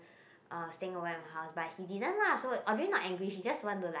uh staying over at my house but he didn't lah so Audrey not angry she want to like